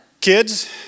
Kids